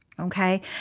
Okay